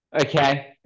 okay